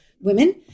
women